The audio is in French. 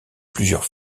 plusieurs